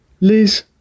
Liz